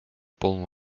полном